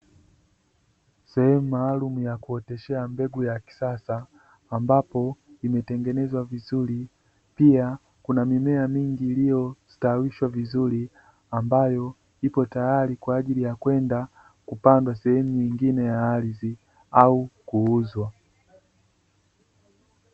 Sehemu maalumu ya kuotesha mbegu za kisasa, ambapo imetengenezwa vizuri, pia kuna mimea mingi iliyostawishwa vizuri ambayo iko tayari kwa ajili kupandwa eneo la ardhi au kuuzwa.